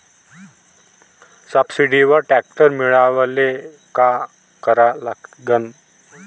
सबसिडीवर ट्रॅक्टर मिळवायले का करा लागन?